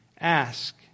Ask